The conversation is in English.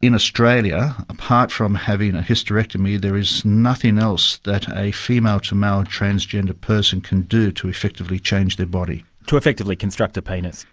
in australia, apart from having a hysterectomy, there is nothing else that a female to male transgender person can do to effectively change their body. to effectively construct a penis.